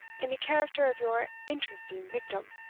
in the character of your interesting victim!